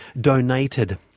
donated